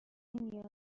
نیاز